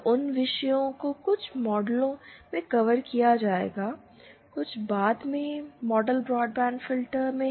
तो उन विषयों को कुछ मॉडलों में कवर किया जाएगा कुछ बाद के मॉडल ब्रॉडबैंड फिल्टर में